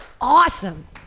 Awesome